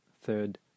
third